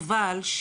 יובל,